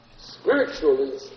spiritually